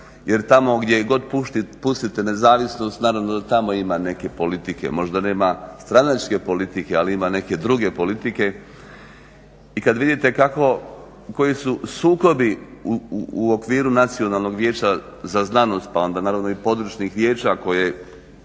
jer tamo gdje god pustite nezavisnost, naravno da tamo ima neke politike, možda nema stranačke politike, ali ima neke druge politike i kada vidite kako, koji su sukobi u okviru Nacionalnog vijeća za znanost pa onda naravno i područnih vijeća koji